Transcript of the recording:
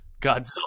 Godzilla